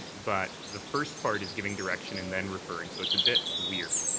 but the first part is giving direction and then referring. so it's a bit weird.